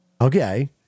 Okay